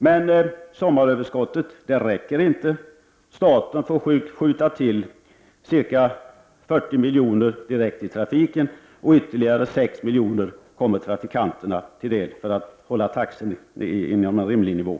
Men sommaröverskottet räcker inte, utan staten får skjuta till ca 40 miljoner direkt till trafiken, och ytterligare 6 miljoner kommer trafikanterna till del genom att staten bidrar till att hålla taxorna på en rimlig nivå.